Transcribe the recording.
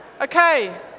Okay